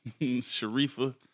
Sharifa